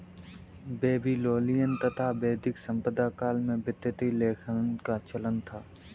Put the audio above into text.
Babylonian तथा वैदिक सभ्यता काल में वित्तीय लेखांकन का चलन था